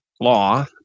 law